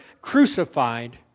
crucified